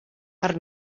per